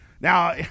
Now